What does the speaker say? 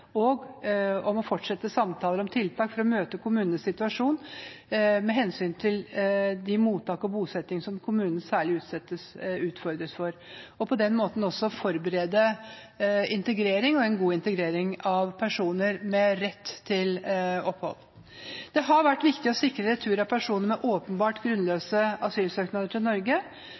og om å fortsette samtaler om tiltak for å møte kommunenes situasjon med hensyn til mottak og bosetting – som kommunene særlig utfordres på – og på den måten også forberede en god integrering av personer med rett til opphold. Det har vært viktig å sikre retur av personer med åpenbart